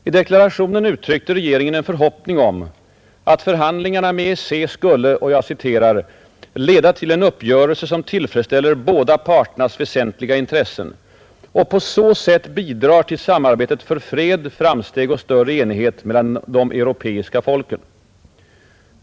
I deklarationen uttryckte regeringen en förhoppning om att förhandlingarna med EEC skulle ”leda till en uppgörelse som tillfredsställer båda parternas väsentliga intressen och på så sätt bidrar till samarbetet för fred, framsteg och större enighet mellan de europeiska folken”.